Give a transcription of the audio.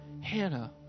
Hannah